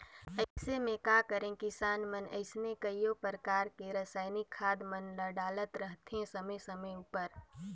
अइसे में का करें किसान मन अइसने कइयो परकार कर रसइनिक खाद मन ल डालत रहथें समे समे उपर